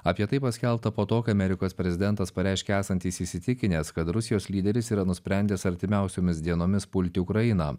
apie tai paskelbta po to kai amerikos prezidentas pareiškė esantis įsitikinęs kad rusijos lyderis yra nusprendęs artimiausiomis dienomis pulti ukrainą